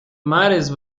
mares